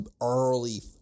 early